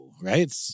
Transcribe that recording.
right